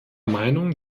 meinung